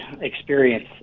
experience